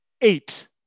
eight